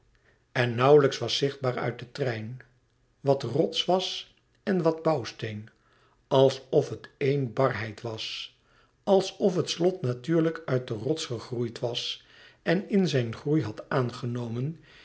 en nauwlijks was zichtbaar uit den trein wat rots was en wat bouwsteen alsof het éene barheid was alsof het slot natuurlijk uit den rots gegroeid was en in zijn groei had aangenomen